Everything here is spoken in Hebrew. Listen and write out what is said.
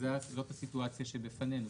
זאת הסיטואציה שבפנינו.